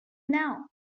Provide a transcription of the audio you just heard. now